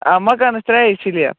آ مَکانَس ترٛایے سِلیپ